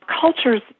cultures